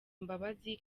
imbabazi